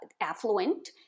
affluent